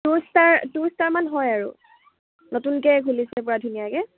two star two ষ্টাৰমান হয় আৰু নতুনকৈ খুলিছে পূৰা ধুনীয়াকৈ